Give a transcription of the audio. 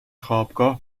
خوابگاه